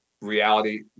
reality